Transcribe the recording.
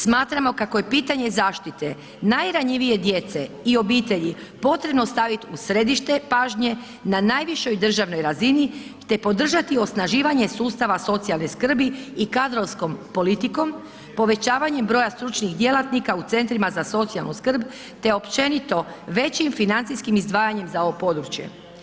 Smatramo kako je pitanje zaštite najranjivije djece i obitelji, potrebno staviti u središte pažnje na najvišoj državnoj razini te podržati osnaživanje sustava socijalne skrbi i kadrovskom politikom, povećavanjem broja stručnih djelatnika u centrima za socijalnu skrb te općenito većim i financijskim izdvajanjem za ovo područje.